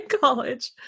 college